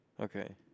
Okay